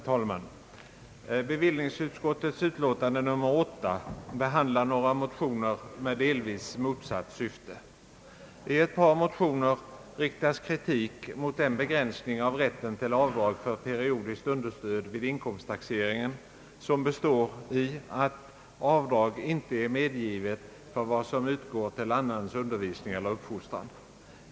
Herr talman! Bevillningsutskottets betänkande nr 8 behandlar några motioner med delvis motsatt syfte. I ett par motioner riktas kritik mot den begränsning av rätten till avdrag för periodiskt understöd vid inkomsttaxeringen som består däri, att avdrag inte är medgivet för vad som utgår till annans undervisning eller uppfostran.